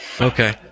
Okay